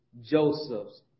Joseph's